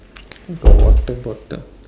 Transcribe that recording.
got water bottle